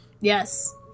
Yes